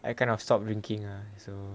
I kind of stopped drinking ah so